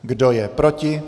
Kdo je proti?